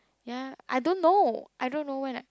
ya I don't know I don't know when I